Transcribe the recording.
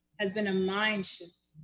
has been a mind shift,